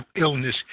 illness